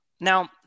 Now